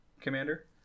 commander